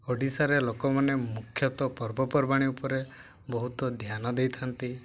ଓଡ଼ିଶାରେ ଲୋକମାନେ ମୁଖ୍ୟତଃ ପର୍ବପର୍ବାଣି ଉପରେ ବହୁତ ଧ୍ୟାନ ଦେଇଥାନ୍ତି